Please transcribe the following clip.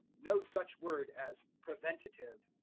no such word as preventative.